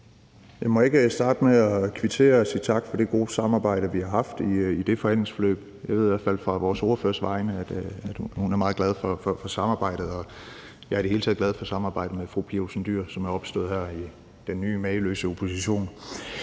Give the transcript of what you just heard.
jeg ikke starte med at kvittere og sige tak for det gode samarbejde, vi har haft i det forhandlingsforløb. Jeg ved i hvert fald fra vores ordfører, at hun er meget glad for samarbejdet. Og jeg er i det hele taget glad for samarbejdet med fru Pia Olsen Dyhr, som er opstået her i den nye mageløse opposition.